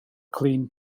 clean